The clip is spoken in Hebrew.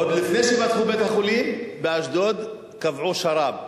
עוד לפני שפתחו בית-חולים באשדוד קבעו שר"פ,